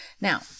Now